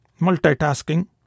multitasking